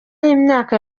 y’imyaka